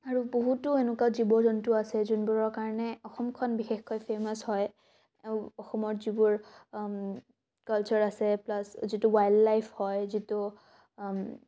আৰু বহুতো এনেকুৱা জীৱ জন্তু আছে যোনবোৰৰ কাৰণে অসমখন বিশেষকৈ ফেমাচ হয় অসমত যিবোৰ কালচাৰ আছে প্লাচ যিটো ৱাইল্ড লাইফ হয় যিটো